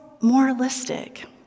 moralistic